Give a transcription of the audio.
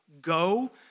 Go